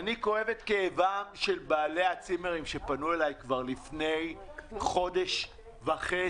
אני כואב את כאבם של בעלי הצימרים שפנו אליי כבר לפני חודש וחצי.